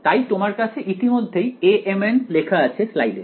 তাই তোমার কাছে ইতিমধ্যেই Amn লেখা আছে স্লাইডে